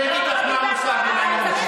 אז אני אגיד לך מה מוסר ומה נימוסים.